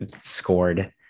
scored